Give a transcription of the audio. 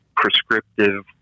prescriptive